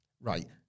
Right